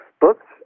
Books